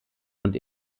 und